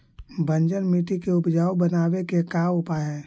बंजर मट्टी के उपजाऊ बनाबे के का उपाय है?